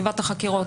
חטיבת החקירות,